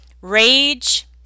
rage